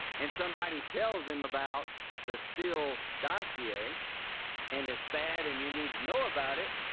and somebody tells him about the steele dossier and it's bad and you need to know about it.